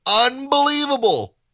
Unbelievable